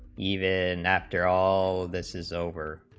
even after all this is over